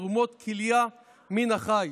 תרומות כליה מן החי.